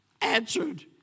answered